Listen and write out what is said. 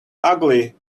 ugly